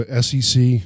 SEC